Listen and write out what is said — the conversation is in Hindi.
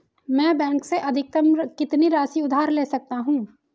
मैं बैंक से अधिकतम कितनी राशि उधार ले सकता हूँ?